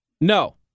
No